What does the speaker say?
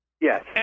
Yes